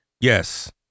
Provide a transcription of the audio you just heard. Yes